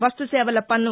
వస్తు సేవల పన్ను